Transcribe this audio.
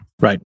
right